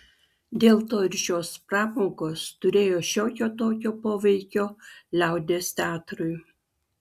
dėl to ir šios pramogos turėjo šiokio tokio poveikio liaudies teatrui